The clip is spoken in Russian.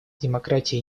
демократия